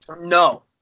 No